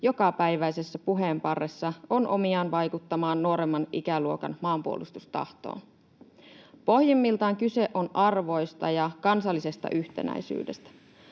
jokapäiväisessä puheenparressa on omiaan vaikuttamaan nuoremman ikäluokan maanpuolustustahtoon. Pohjimmiltaan kyse on arvoista ja kansallisesta yhtenäisyydestä.